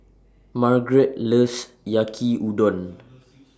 Margrett loves Yaki Udon